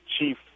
chief